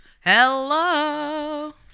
Hello